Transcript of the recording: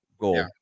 goal